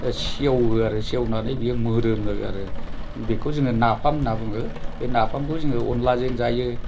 सेवो आरो सेवनानै बियो मोदोमो आरो बेखौ जोङो नाफाम होननानै बुङो बे नाफामखौ जोङो अनद्लाजों जायो